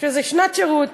שזה שנת שירות,